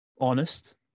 honest